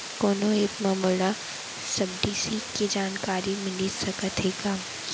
कोनो एप मा मोला सब्सिडी के जानकारी मिलिस सकत हे का?